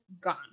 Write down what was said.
gone